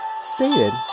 stated